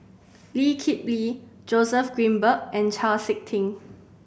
Lee Kip Lee Joseph Grimberg and Chau Sik Ting